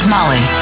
Molly